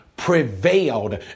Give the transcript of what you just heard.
prevailed